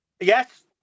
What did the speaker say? Yes